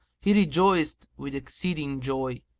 he rejoiced with exceeding joy,